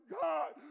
God